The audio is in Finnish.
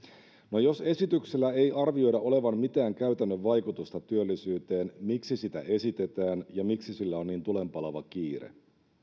no jos esityksellä ei arvioida olevan mitään käytännön vaikutusta työllisyyteen miksi sitä esitetään ja miksi sillä on niin tulenpalava kiire